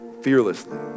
fearlessly